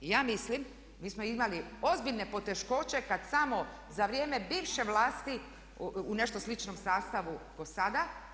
I ja mislim mi smo imali ozbiljne poteškoće kada samo za vrijeme bivše vlast u nešto sličnom sastavu do sada.